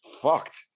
fucked